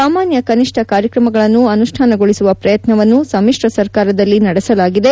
ಸಾಮಾನ್ಯ ಕನಿಷ್ಠ ಕಾರ್ಯಕ್ರಮಗಳನ್ನು ಅನುಷ್ಠಾನಗೊಳಿಸುವ ಪ್ರಯತ್ನವನ್ನು ಸಮ್ಮಿಶ್ರ ಸರ್ಕಾರದಲ್ಲಿ ನಡೆಸಲಾಗಿದೆ